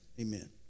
Amen